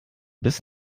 bis